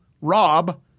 Rob